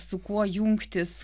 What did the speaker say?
su kuo jungtis